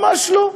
ממש לא.